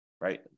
right